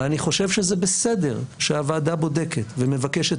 ואני חושב שזה בסדר שהוועדה בודקת ומבקשת